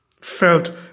felt